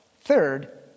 Third